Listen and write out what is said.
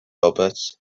roberts